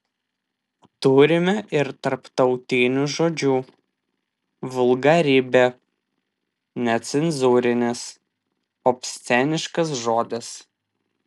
turime ir tarptautinių žodžių vulgarybė necenzūrinis obsceniškas žodis